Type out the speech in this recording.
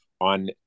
on